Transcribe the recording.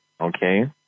Okay